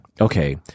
okay